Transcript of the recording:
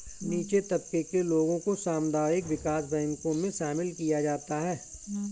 नीचे तबके के लोगों को सामुदायिक विकास बैंकों मे शामिल किया जाता है